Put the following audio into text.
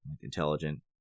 intelligent